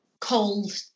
cold